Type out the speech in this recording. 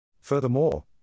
Furthermore